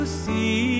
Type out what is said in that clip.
see